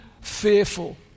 fearful